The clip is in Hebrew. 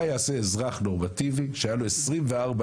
מה יעשה אזרח נורמטיבי שהיה לו 24,000